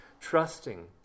trusting